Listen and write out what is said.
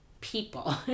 people